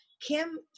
Kim